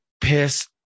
piss